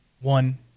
one